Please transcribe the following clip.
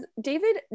David